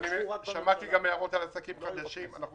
הם אושרו רק בממשלה.